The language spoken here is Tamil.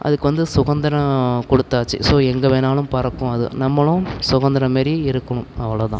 அதுக்கு வந்து சுகந்தரம் குடுத்தாச்சி ஸோ எங்கே வேணாலும் பறக்கும் அது நம்மளும் சுகந்தரம் மாரி இருக்கணும் அவ்வளோ தான்